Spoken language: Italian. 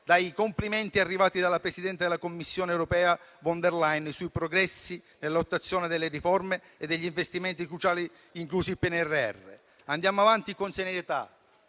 dai complimenti arrivati dalla presidente della Commissione europea von der Leyen sui progressi e l'attuazione delle riforme e degli investimenti cruciali inclusi nel PNRR. Andiamo avanti con serietà,